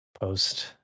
post